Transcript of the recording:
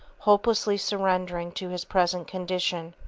hopelessly surrendering to his present condition,